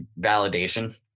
validation